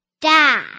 Dad